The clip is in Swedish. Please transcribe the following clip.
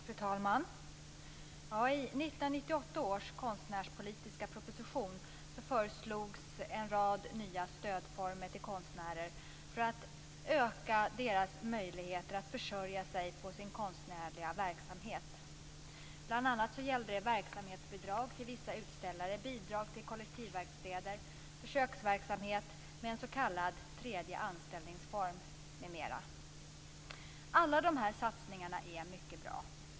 Fru talman! I 1998 år konstnärspolitiska proposition föreslogs en rad nya stödformer till konstnärer för att öka deras möjligheter att försörja sig på sin konstnärliga verksamhet. Bl.a. gällde det verksamhetsbidrag för vissa utställare, bidrag till kollektivverkstäder, försöksverksamhet med en s.k. tredje anställningsform m.m. Alla dessa satsningar är mycket bra.